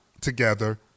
together